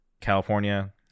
California